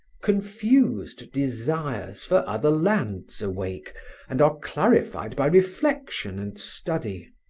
confused desires for other lands awake and are clarified by reflection and study.